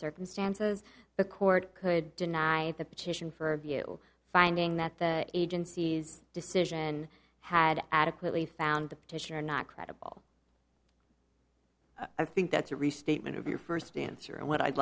circumstances the court could deny the petition for view finding that the agency's decision had adequately found the petitioner not credible i think that's a restatement of your first answer and what i'd